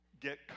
Get